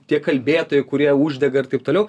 tie kalbėtojai kurie uždega ir taip toliau